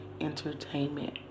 Entertainment